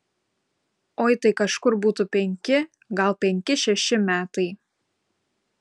oi tai kažkur būtų penki gal penki šeši metai